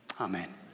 Amen